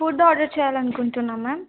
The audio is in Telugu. ఫుడ్ ఆర్డర్ చేయాలనుకుంటున్నా మా్యామ్